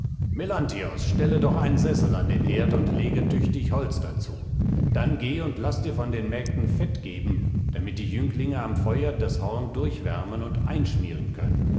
melanthios stelle doch einen sessel an den herd und lege tüchtig holz zu dann geh und laß dir von den mägden fett geben damit die jünglinge am feuer das horn durchwärmen und